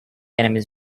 enemies